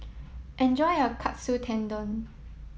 enjoy your Katsu Tendon